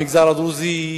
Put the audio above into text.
במגזר הדרוזי,